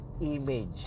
image